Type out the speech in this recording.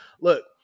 look